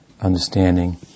understanding